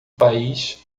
país